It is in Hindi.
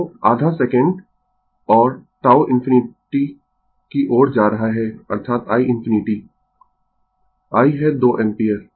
तो आधा सेकंड और t ∞ की ओर जा रहा है अर्थात i ∞ I है 2 एम्पीयर